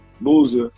Boozer